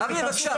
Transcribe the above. המידע.